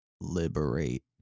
liberate